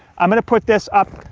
i'm gonna put this up,